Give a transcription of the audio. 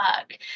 work